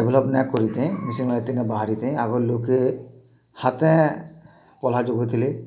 develop ନାଇଁ କରିଥାଇଁ machine ଏତେ ନାଇଁ ବାହାରି ଥାଇଁ ଆଗ ଲୁକେ ହାତେଁ ପହ୍ଲା ଜଗଉଥିଲେ